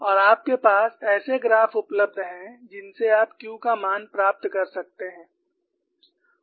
और आपके पास ऐसे ग्राफ़ उपलब्ध हैं जिनसे आप Q का मान प्राप्त कर सकते हैं